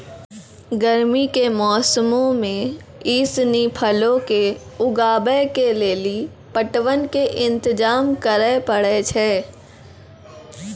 गरमी के मौसमो मे इ सिनी फलो के उगाबै के लेली पटवन के इंतजाम करै पड़ै छै